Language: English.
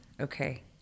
Okay